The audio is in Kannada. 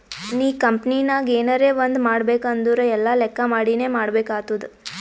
ನೀ ಕಂಪನಿನಾಗ್ ಎನರೇ ಒಂದ್ ಮಾಡ್ಬೇಕ್ ಅಂದುರ್ ಎಲ್ಲಾ ಲೆಕ್ಕಾ ಮಾಡಿನೇ ಮಾಡ್ಬೇಕ್ ಆತ್ತುದ್